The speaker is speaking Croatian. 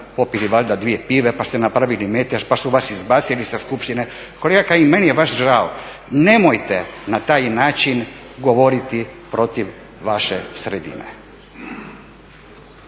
popili valjda dvije pive, pa ste napravili metež, pa su vas izbacili sa skupštine. Kolega Kajin, meni je vas žao. Nemojte na taj način govoriti protiv vaše sredine.